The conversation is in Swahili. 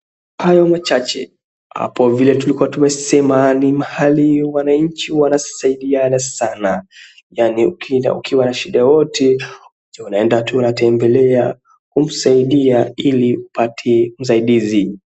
Hayo machache, hapo vile tulikua tumesema ni mahali wananchi wanasaidiana sana yaani ukienda ukiwa na shida yoyote unaenda tu unatembelea unasaidia ili upate usaidizi.